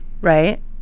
Right